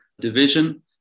division